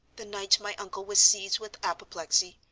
the night my uncle was seized with apoplexy.